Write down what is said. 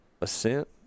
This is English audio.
ascent